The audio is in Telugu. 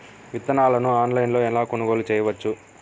విత్తనాలను ఆన్లైనులో ఎలా కొనుగోలు చేయవచ్చు?